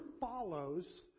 follows